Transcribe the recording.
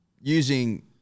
using